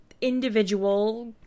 individual